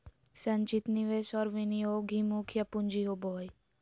संचित निवेश और विनियोग ही मुख्य पूँजी होबो हइ